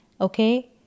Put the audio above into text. okay